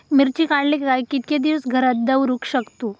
मिर्ची काडले काय कीतके दिवस घरात दवरुक शकतू?